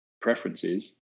preferences